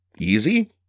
Easy